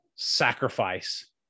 Sacrifice